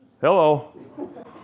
Hello